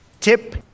Tip